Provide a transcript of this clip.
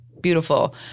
Beautiful